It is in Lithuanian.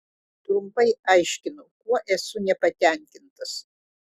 trumpai aiškinau kuo esu nepatenkintas